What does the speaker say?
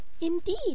Indeed